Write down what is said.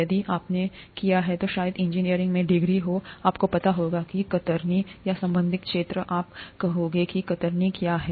यदि आपने किया है तो शायद इंजीनियरिंग में डिग्री हो आपको पता होगा कि कतरनी या संबंधित क्षेत्र आप कोहोगा कि कतरनी क्या है